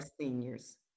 seniors